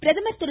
பிரதமர் திரு